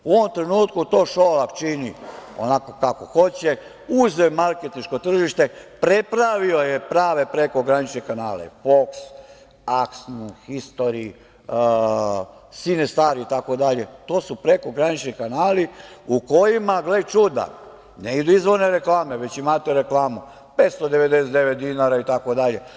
U ovom trenutku to Šolak čini onako kako hoće, uzeo je marketinško tržište, prepravio je prave prekogranične kanale „Foks“, „Histori“, „Sinestar“ itd, to su prekogranični kanali u kojima, gle čuda, ne idu izvorne reklame, već imate reklamu 599 dinara itd.